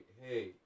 hey